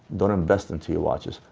don't invest into your watches.